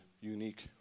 unique